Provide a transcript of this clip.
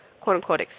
quote-unquote